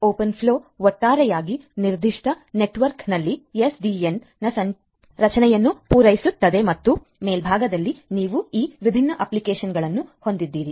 open flow ಒಟ್ಟಾರೆಯಾಗಿ ನಿರ್ದಿಷ್ಟ ನೆಟ್ವರ್ಕ್ನಲ್ಲಿ ಎಸ್ಡಿಎನ್ನ ಸಂರಚನೆಯನ್ನು ಪೂರೈಸುತ್ತದೆ ಮತ್ತು ಮೇಲ್ಭಾಗದಲ್ಲಿ ನೀವು ಈ ವಿಭಿನ್ನ ಅಪ್ಲಿಕೇಶನ್ಗಳನ್ನು ಹೊಂದಿದ್ದೀರಿ